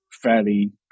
fairly